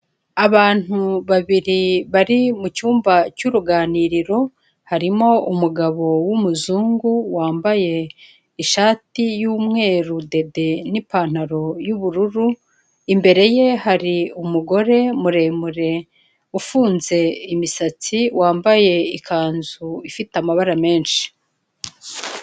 Abantu babiri bari mu cyumba cy'uruganiriro, harimo umugabo w'umuzungu wambaye ishati y'umweru dede n'ipantaro y'ubururu, imbere ye hari umugore muremure, ufunze imisatsi, wambaye ikanzu ifite amabara menshi.